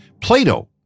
Plato